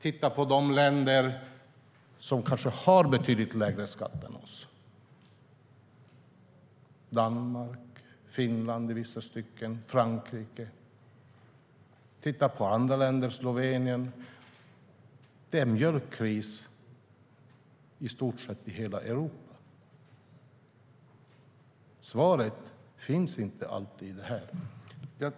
Titta på de länder som kanske har betydligt lägre skatt än vi - Danmark, Finland i vissa stycken, Frankrike, även Slovenien. Det är mjölkkris i stort sett i hela Europa. Svaret finns inte alltid här.